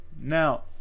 Now